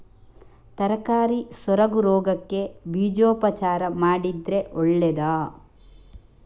ತರಕಾರಿ ಸೊರಗು ರೋಗಕ್ಕೆ ಬೀಜೋಪಚಾರ ಮಾಡಿದ್ರೆ ಒಳ್ಳೆದಾ?